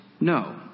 no